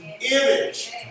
image